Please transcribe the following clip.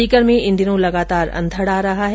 सीकर में इन दिनों लगातार अंधड आ रहा हैं